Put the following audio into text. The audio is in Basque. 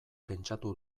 pentsatu